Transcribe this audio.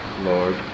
Lord